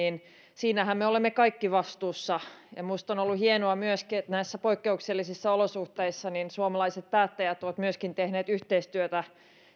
siinähän me olemme kaikki vastuussa ja minusta on ollut hienoa myöskin että näissä poikkeuksellisissa olosuhteissa suomalaiset päättäjät ovat tehneet yhteistyötä